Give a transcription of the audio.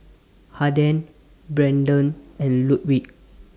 Haden Brenden and Ludwig